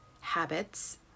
habits